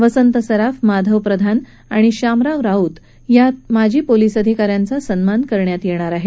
वसंत सराफ माधव प्रधान आणि श्यामराव राऊत या माजी पोलीस अधिकाऱ्यांचा सन्मान केला जाणार आहे